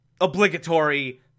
obligatory